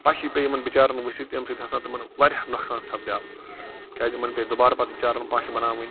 پشی پیٚے یِمَن بِچاریٚن ؤسِتھ ییٚمہِ سۭتۍ ہَسا تِمَن واریاہ نۄقصان سپدیٛاو کیٛازِ یِمَن پے دُبارٕ پتہٕ بچاریٚن پَش بَناوٕنۍ